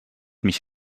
mich